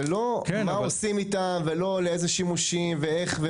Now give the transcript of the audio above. זה לא מה עושים איתם ולא לאיזה שימושים ואיך,